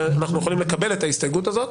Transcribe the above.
ואנחנו יכולים לקבל את ההסתייגות הזאת.